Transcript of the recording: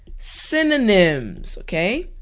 synonyms, okay?